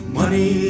money